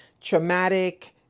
traumatic